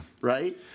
right